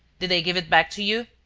did they give it back to you?